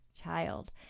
child